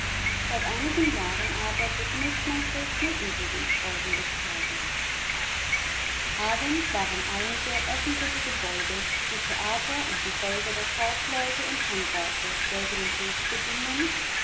seit einigen jahren aber begnügt man sich mit übrigen freuden des tages abends waren einige öffentliche gebäude die theater und die häuser der kaufleute und handwerker welche den hof bedienen